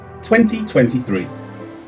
2023